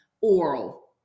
oral